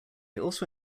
also